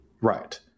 Right